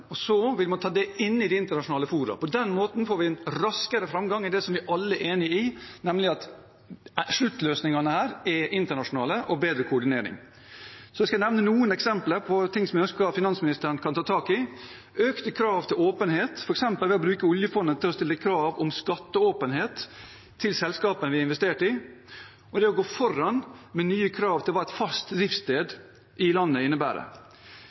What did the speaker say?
og så vil man ta det inn i internasjonale fora. På den måten får vi en raskere framgang i det vi alle er enige om, nemlig at sluttløsningene er internasjonale, og vi får bedre koordinering. Jeg skal nevne noen eksempler på ting jeg ønsker at finansministeren kan ta tak i: økte krav til åpenhet, f.eks. ved å bruke oljefondet til å stille krav om skatteåpenhet til selskapene vi har investert i, og det å gå foran med nye krav til hva et fast driftssted i landet innebærer.